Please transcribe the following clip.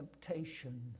Temptation